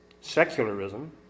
Secularism